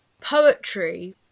poetry